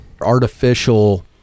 artificial